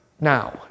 now